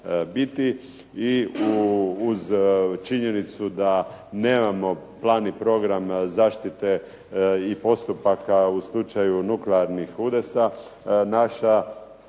i uz činjenicu da nemamo plan i program zaštite postupaka u slučaju nuklearnih udesa, naša